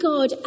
God